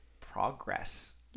progress